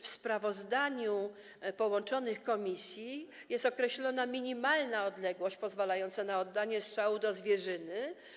W sprawozdaniu połączonych komisji jest określona minimalna odległość pozwalająca na oddanie strzału do zwierzyny.